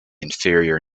inferior